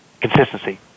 consistency